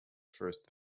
first